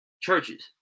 churches